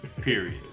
Period